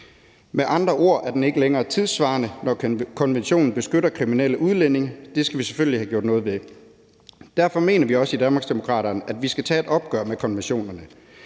Med andre ord er konventionen ikke længere tidssvarende, når den beskytter kriminelle udlændinge. Det skal vi selvfølgelig have gjort noget ved. Derfor mener vi også i Danmarksdemokraterne, at vi skal tage et opgør med konventionerne.